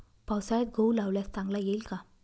पावसाळ्यात गहू लावल्यास चांगला येईल का?